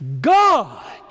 God